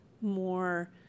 more